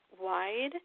wide –